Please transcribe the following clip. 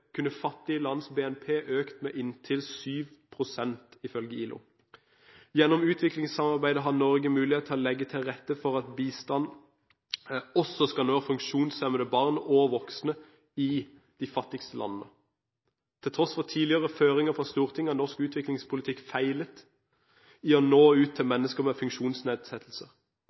kunne fattige lands BNP økt med inntil 7 pst., ifølge ILO. Gjennom utviklingssamarbeidet har Norge mulighet for å legge til rette for at bistanden også skal nå funksjonshemmede barn og voksne i fattige land. Til tross for tidligere føringer fra Stortinget har norsk utviklingspolitikk feilet i å nå ut til mennesker med